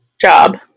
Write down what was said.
job